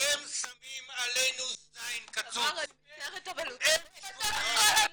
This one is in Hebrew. אני מצטערת אבל הוא צודק.